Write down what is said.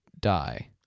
die